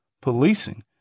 policing